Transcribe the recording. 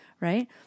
right